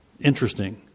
Interesting